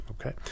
okay